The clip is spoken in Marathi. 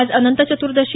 आज अनंत चत्र्दशी